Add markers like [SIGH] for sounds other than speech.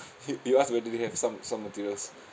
[LAUGHS] you you ask whether they have some some materials